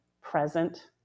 present